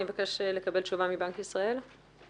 אני מבקשת לקבל תשובה מבנק ישראל.